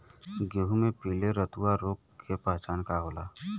गेहूँ में पिले रतुआ रोग के पहचान का होखेला?